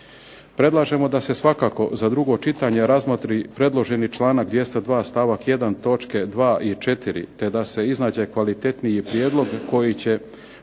Predlažemo da se svakako za drugo čitanje razmotri predloženi članak 202. stavak 1. točke 2. i 4. te da se iznađe kvalitetniji prijedlog koji će